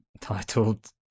titled